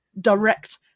direct